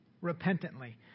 repentantly